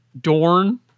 Dorn